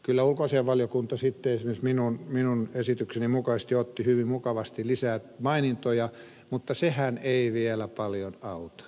kyllä ulkoasiainvaliokunta sitten esimerkiksi minun esitykseni mukaisesti otti hyvin mukavasti lisää mainintoja mutta sehän ei vielä paljon auta